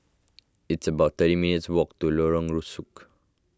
it's about thirty minutes' walk to Lorong Rusuk